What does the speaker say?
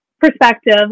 perspective